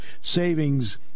savings